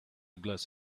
glass